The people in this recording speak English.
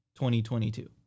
2022